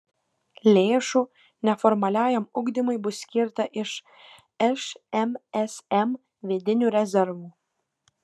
lėšų neformaliajam ugdymui bus skirta iš šmsm vidinių rezervų